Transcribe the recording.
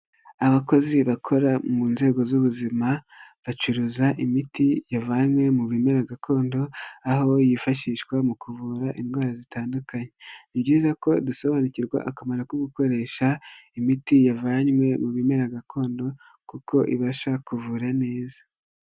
Abakozi bakora mu nzego z'ubuzima bacuruza imiti yavanywe mu bimera gakondo, aho yifashishwa mu kuvura indwara zitandukanye. Ni byiza ko dusobanukirwa akamaro ko gukoresha imiti yavanywe mu bimera gakondo, kuko ibasha kuvura neza.